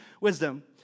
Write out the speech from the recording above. wisdom